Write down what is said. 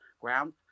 ground